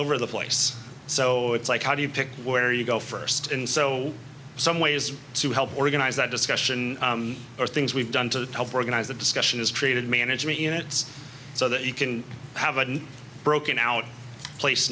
over the place so it's like how do you pick where you go first in so some ways to help organize that discussion or things we've done to help organize the discussion is treated management units so that you can have a broken out place